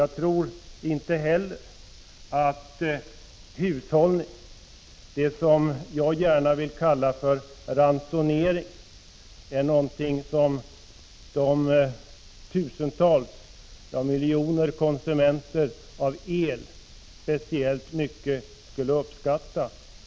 Jag tror inte heller att hushållning — det som jag gärna vill kalla för ransonering — är någonting som de tusentals, ja, miljontals konsumenterna av el skulle uppskatta speciellt mycket.